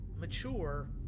mature